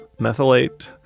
methylate